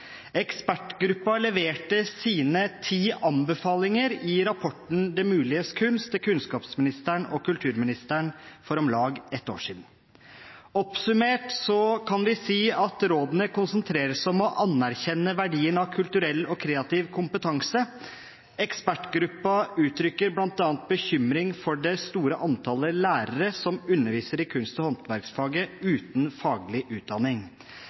Ekspertgruppen leverte sine ti anbefalinger i rapporten Det muliges kunst til kunnskapsministeren og kulturministeren for om lag et år siden. Oppsummert kan vi si at rådene konsentreres om å anerkjenne verdien av kulturell og kreativ kompetanse. Ekspertgruppen uttrykker bl.a. bekymring for det store antallet lærere som underviser i kunst- og håndverksfaget uten faglig utdanning.